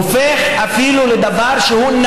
הופך לדבר שהוא,